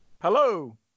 Hello